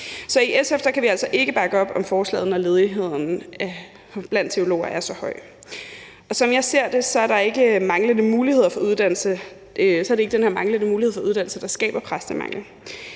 i SF kan vi altså ikke bakke op om forslaget, når ledigheden blandt teologer er så høj. Som jeg ser det, er det ikke den her manglende mulighed for uddannelse, der skaber præstemangel.